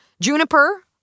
Juniper